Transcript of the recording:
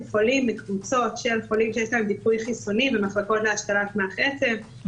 חולים מקבוצות של חולים שיש להם על דיכוי חיסוני במחלקות להשתלת מח עצם,